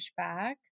pushback